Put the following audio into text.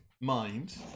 mind